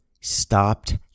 stopped